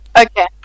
Okay